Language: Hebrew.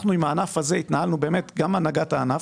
אנחנו עם הענף הזה התנהלנו וגם הנהגת הענף